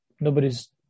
nobody's